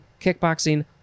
kickboxing